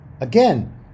Again